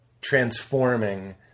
transforming